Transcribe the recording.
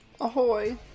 ahoy